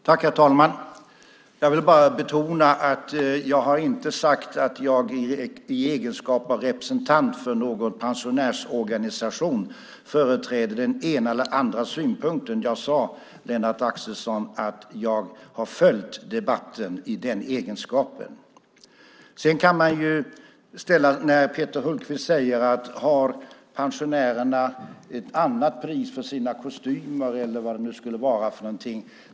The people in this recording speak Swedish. Herr talman! Jag vill bara betona att jag inte har sagt att jag i egenskap av representant för någon pensionärsorganisation företräder den ena eller andra synpunkten. Jag sade, Lennart Axelsson, att jag har följt debatten i den egenskapen. Peter Hultqvist frågar om pensionärerna har ett annat pris för sina kostymer eller vad det nu skulle vara för någonting.